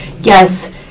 yes